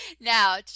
Now